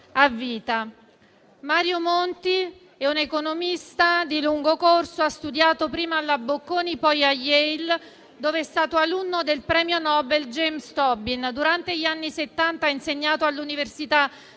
Mario Monti è un economista di lungo corso. Ha studiato prima alla Bocconi e poi a Yale, dove è stato alunno del premio Nobel James Tobin. Durante gli anni Settanta ha insegnato all'Università di